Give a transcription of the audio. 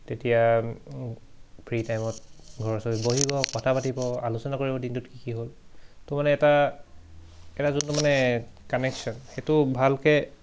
তেতিয়া ফ্ৰী টাইমত ঘৰৰ চব বহিব কথা পাতিব আলোচনা কৰিব দিনটোত কি কি হ'ল তো মানে এটা এটা যোনটো মানে কানেকশ্যন সেইটো ভালকৈ